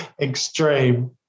extreme